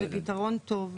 זה פתרון טוב.